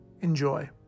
Enjoy